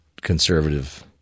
conservative